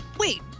Wait